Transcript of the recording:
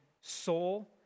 soul